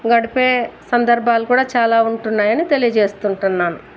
గడిపే సందర్భాలు కూడా చాలా ఉంటున్నాయని తెలియజేస్తుంటున్నాను